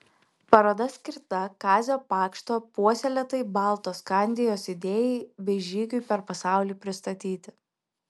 paroda skirta kazio pakšto puoselėtai baltoskandijos idėjai bei žygiui per pasaulį pristatyti